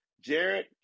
Jared